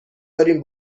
داریم